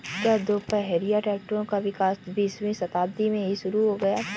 क्या दोपहिया ट्रैक्टरों का विकास बीसवीं शताब्दी में ही शुरु हो गया था?